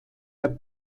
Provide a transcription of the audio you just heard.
der